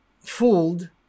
fooled